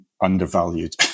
undervalued